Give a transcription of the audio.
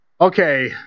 Okay